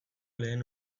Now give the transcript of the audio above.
lehen